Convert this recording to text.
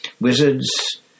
wizards